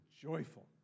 joyful